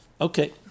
okay